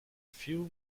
few